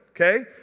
Okay